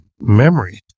memory